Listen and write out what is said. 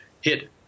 hit